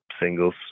singles